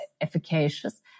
efficacious